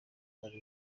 ari